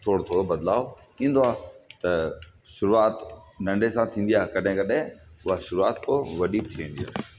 थोरो थोरो बदिलाउ ईंदो आहे त शरूआत नंढे सां थींदी आहे कॾहिं कॾहिं उहा शरूआत पोइ वॾी थी वेंदी आहे